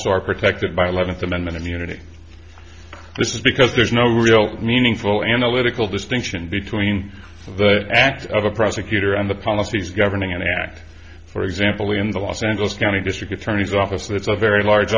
are protected by eleventh amendment immunity this is because there's no real meaningful analytical distinction between the act of a prosecutor and the policies governing an act for example in the los angeles county district attorney's office it's a very large